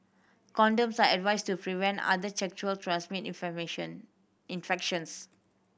condoms are advised to prevent other sexually transmitted information infections